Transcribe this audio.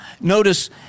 Notice